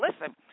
listen